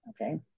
Okay